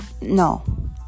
no